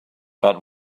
but